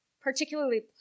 particularly